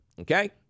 okay